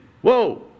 Whoa